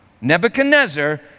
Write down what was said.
Nebuchadnezzar